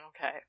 Okay